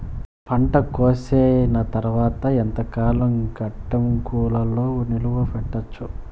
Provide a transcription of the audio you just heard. పంట కోసేసిన తర్వాత ఎంతకాలం గిడ్డంగులలో నిలువ పెట్టొచ్చు?